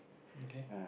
okay